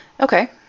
Okay